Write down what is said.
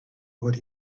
what